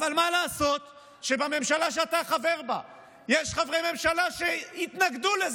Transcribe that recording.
אבל מה לעשות שבממשלה שאתה חבר בה יש חברי ממשלה שהתנגדו לזה.